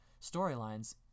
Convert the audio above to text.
storylines